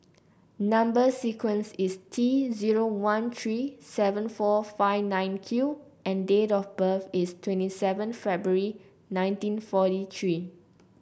number sequence is T zero one three seven four five nine Q and date of birth is twenty seven February nineteen forty three